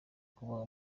kuba